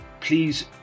please